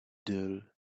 dull